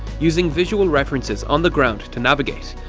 using visual references on the ground to navigate,